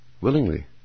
Willingly